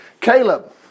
Caleb